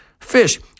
Fish